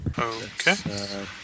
Okay